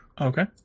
Okay